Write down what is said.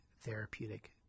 therapeutic